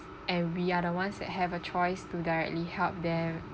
and we are the ones that have a choice to directly help them